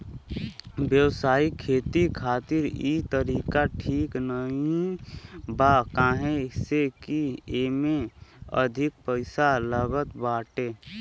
व्यावसायिक खेती खातिर इ तरीका ठीक नाही बा काहे से की एमे अधिका पईसा लागत बाटे